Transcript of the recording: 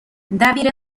دبیر